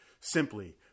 ...simply